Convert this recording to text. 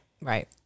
Right